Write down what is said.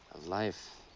life,